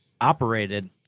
operated